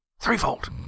Threefold